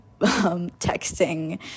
texting